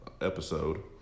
episode